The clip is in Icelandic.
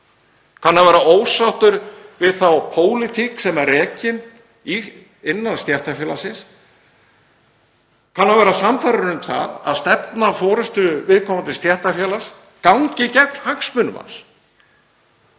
kann að vera ósáttur við þá pólitík sem rekin er innan stéttarfélagsins, kann að vera sannfærður um að stefna forystu viðkomandi stéttarfélags gangi gegn hagsmunum hans